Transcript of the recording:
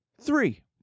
Three